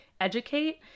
educate